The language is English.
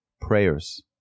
prayers